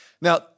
Now